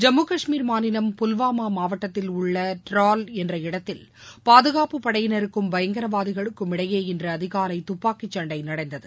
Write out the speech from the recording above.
ஜம்மு கஷ்மீர் மாநிலம் புல்வாமா மாவட்டத்தில் உள்ள த்ரால் என்ற இடத்தில் பாதுகாப்பு படையினருக்கும் பயங்கரவாதிகளுக்கும் இடையே இன்று அதிகாலை துப்பாக்கிச்சன்டை நடந்தது